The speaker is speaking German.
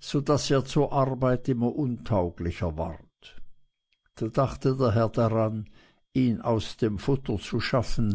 so daß er zur arbeit immer untauglicher ward da dachte der herr daran ihn aus dem futter zu schaffen